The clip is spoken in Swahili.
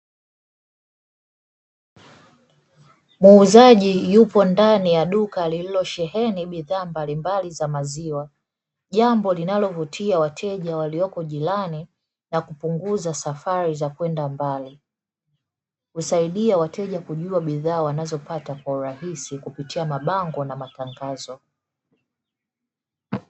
Muuzaji yupo ndani ya duka lililosheheni bidhaa mbalimbali za maziwa, jambo linalovutia wateja walioko jirani na kupunguza safari za kwenda mbali, husaidia wateja kujua bidhaa wanazopata kwa urahisi kupitia mabango na matangazo.